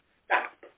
stop